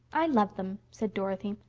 i love them, said dorothy.